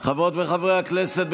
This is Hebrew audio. חברות וחברי הכנסת,